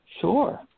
Sure